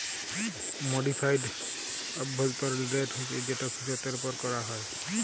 modified অভ্যলতরিল rate হছে যেট ফিরতের উপর ক্যরা হ্যয়